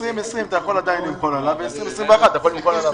על 2020 אתה יכול עדיין למחול וגם על 2021 אתה יכול למחול.